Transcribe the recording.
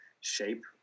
shape